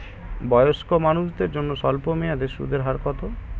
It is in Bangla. বয়স্ক মানুষদের জন্য স্বল্প মেয়াদে সুদের হার কত?